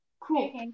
Cool